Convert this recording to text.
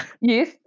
Yes